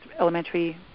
elementary